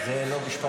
תתבייש, לא מתאים